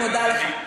אני מודה לך.